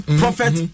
prophet